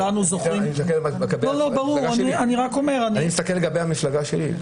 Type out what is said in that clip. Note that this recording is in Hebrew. אני מסתכל על זה לגבי המפלגה שלי.